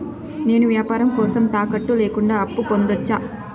నేను వ్యాపారం కోసం తాకట్టు లేకుండా అప్పు పొందొచ్చా?